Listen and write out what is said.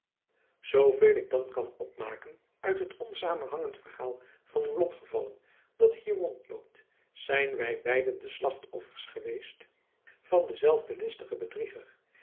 zooveel ik dan kan opmaken uit het onzamenhangend verhaal van uw lotgevallen dat hier rondloopt zijn wij beiden de slachtoffers geweest van denzelfden listigen bedrieger